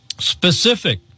specific